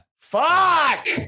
fuck